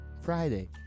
Friday